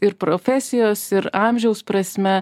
ir profesijos ir amžiaus prasme